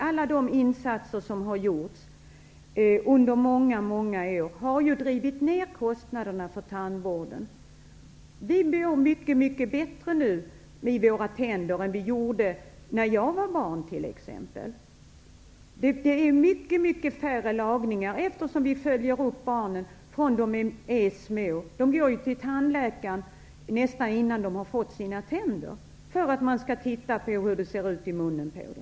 Alla de insatser som har gjorts under många år har pressat ned kostnaderna för tandvården. Vi har mycket bättre tänder nu än när jag var barn. Det är färre tandlagningar nu, eftersom vi följer upp barnen från det de är små. De går ju till tandläkaren nästan innan de har fått sina tänder för att man skall kunna titta på hur det ser ut i munnen på dem.